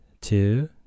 two